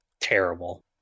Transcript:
terrible